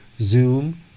Zoom